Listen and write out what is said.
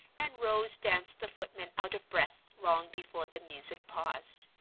and rose danced the footmen out of breath long before the music paused.